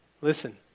Listen